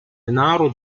denaro